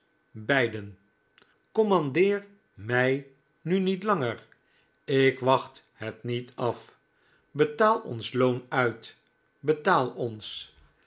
beiden commandeer mij nu niet langer ik wacht het niet af betaal ons loon uit betaal ons